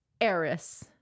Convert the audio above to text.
Eris